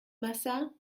massat